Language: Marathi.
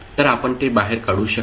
तर आपण ते बाहेर काढू शकता